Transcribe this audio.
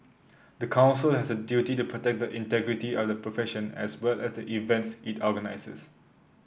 the Council has a duty to protect the integrity of the profession as well as the events it organises